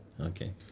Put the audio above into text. Okay